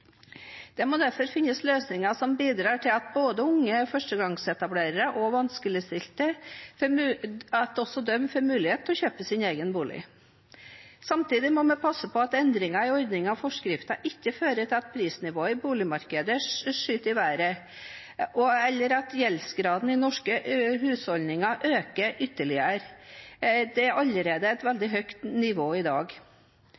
Det må derfor finnes løsninger som bidrar til at både unge, førstegangsetablerere og vanskeligstilte får mulighet til å kjøpe sin egen bolig. Samtidig må man passe på at endringer i ordninger og forskrifter ikke fører til at prisnivået i boligmarkedet skyter i været, eller at gjeldsgraden i norske husholdninger øker ytterligere. Det er allerede i dag et